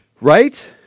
Right